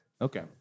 Okay